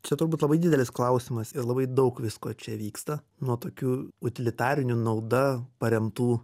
čia turbūt labai didelis klausimas ir labai daug visko čia vyksta nuo tokių utilitarinių nauda paremtų